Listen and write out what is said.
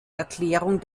erklärung